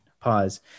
Pause